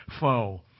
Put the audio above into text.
foe